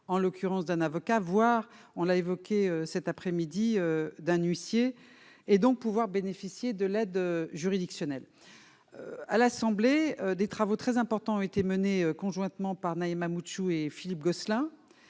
en l'occurrence d'un avocat, voir, on a évoqué cet après-midi d'un huissier, et donc pouvoir bénéficier de l'aide juridictionnelle, à l'Assemblée, des travaux très importants ont été menées conjointement par Naïma Moutchou et Philippe Gosselin